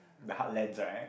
the heartlands right